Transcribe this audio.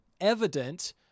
evident